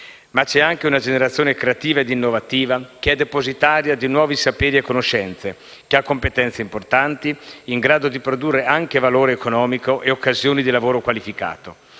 Ma c'è anche una generazione creativa ed innovativa che è depositaria di nuovi saperi e conoscenze, che ha competenze importanti, in grado di produrre anche valore economico e occasioni di lavoro qualificato.